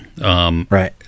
Right